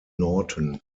norton